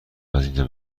ازاینجا